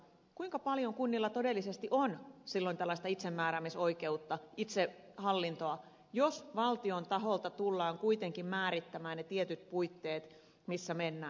kuinka paljon kunnilla todella on silloin tällaista itsemääräämisoikeutta itsehallintoa jos valtion taholta tullaan kuitenkin määrittämään ne tietyt puitteet missä mennään